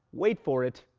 wait for it,